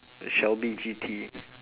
shelby G_T